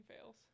fails